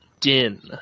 din